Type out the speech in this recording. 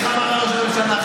איך אמר ראש הממשלה?